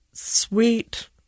Sweet